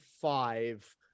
five